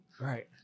right